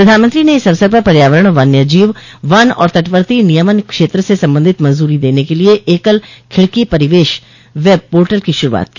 प्रधानमंत्रो ने इस अवसर पर पर्यावरण वन्यजीव वन और तटवर्ती नियमन क्षेत्र से संबंधित मंजूरी देन के लिए एकल खिड़की परिवेश वेब पोर्टल की शुरूआत की